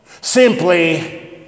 simply